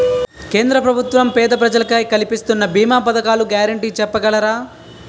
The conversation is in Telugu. కేంద్ర ప్రభుత్వం పేద ప్రజలకై కలిపిస్తున్న భీమా పథకాల గ్యారంటీ చెప్పగలరా?